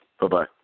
Bye-bye